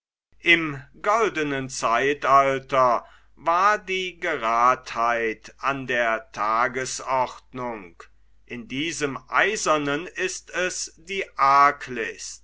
im goldnen zeitalter war die gradheit an der tagesordnung in diesem eisernen ist es die